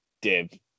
div